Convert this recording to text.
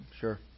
Sure